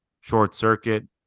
short-circuit